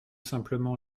simplement